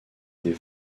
des